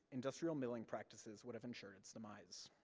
industrial milling practices would have ensured its demise.